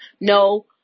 no